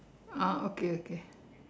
ah okay okay